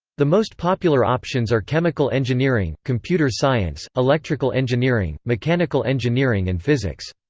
the most popular options are chemical engineering, computer science, electrical engineering, mechanical engineering and physics.